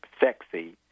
sexy